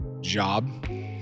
job